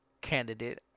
candidate